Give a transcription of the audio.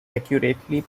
accurately